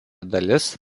dalis